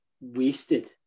wasted